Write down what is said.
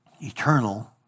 eternal